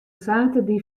saterdei